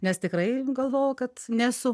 nes tikrai galvojau kad nesu